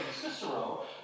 Cicero